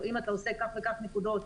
או אם אתה עושה כך וכך נקודות,